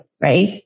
right